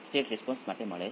1 છે